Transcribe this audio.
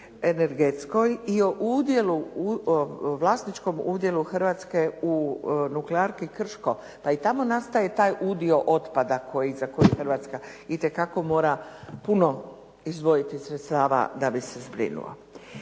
energetskoj i o vlasničkom udjelu Hrvatske u nuklearki Krško. Pa i tamo nastaje taj udio otpada za koji Hrvatska itekako mora puno izdvojiti sredstava da bi se zbrinuo.